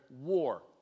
war